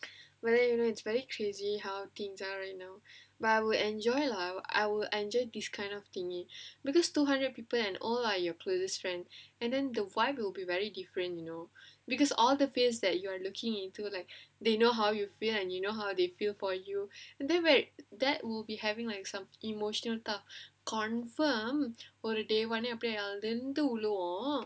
whether you know it's very crazy how things are right now but I will enjoy lah I will enjoy this kind of thingy because two hundred people and all are your closest friend and then the wife will be very different you know because all the fears that you're looking into like they know how you feel and you know how they feel for you and then when that will be having like some emotional stuff confirm